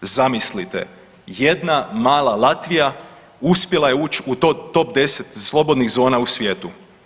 Zamislite, jedna mala Latvija uspjela je ući u top 10 slobodnih zona u svijetu.